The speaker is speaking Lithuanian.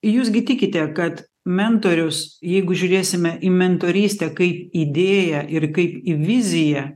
jūs gi tikite kad mentorius jeigu žiūrėsime į mentorystę kaip idėją ir kaip į viziją